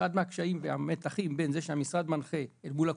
אחד מהקשיים והמתחים בין זה שהמשרד מנחה אל מול הקופה,